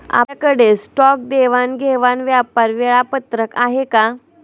आपल्याकडे स्टॉक देवाणघेवाण व्यापार वेळापत्रक आहे का?